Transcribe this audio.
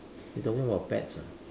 you talking about pets